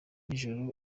zijoro